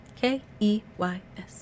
K-E-Y-S